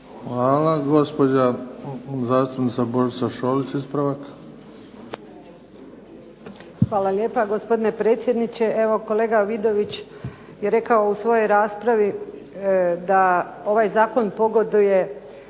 lijepa. Gospođa zastupnica Božica Šolić ispravak. **Šolić, Božica (HDZ)** Hvala gospodine predsjedniče. Evo kolega Vidović je rekao u svojoj raspravi da ovaj Zakon pogoduje